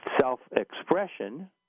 Self-expression